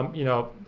um you know,